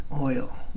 oil